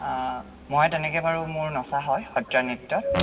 মই তেনেকে বাৰু মোৰ নচা হয় সত্ৰীয়া নৃত্যত